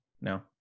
No